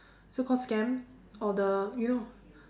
so called scam or the